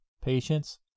patience